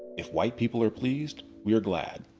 if white people are pleased we are glad.